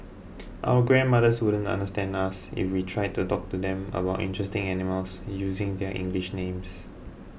our grandmothers wouldn't understand us if we tried to talk to them about interesting animals using their English names